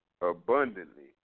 abundantly